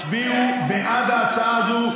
הצביעו בעד ההצעה הזו,